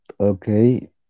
Okay